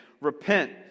Repent